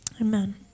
amen